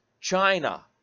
china